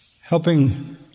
helping